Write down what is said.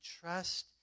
trust